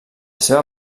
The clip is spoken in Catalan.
seva